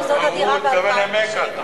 וזו עתירה ב-2007.